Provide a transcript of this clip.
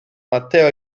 matteo